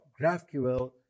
GraphQL